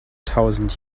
tausend